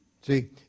See